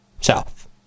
South